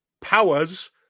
powers